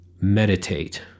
meditate